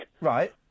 Right